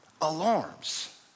alarms